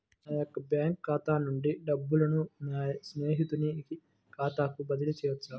నా యొక్క బ్యాంకు ఖాతా నుండి డబ్బులను నా స్నేహితుని ఖాతాకు బదిలీ చేయవచ్చా?